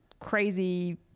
Crazy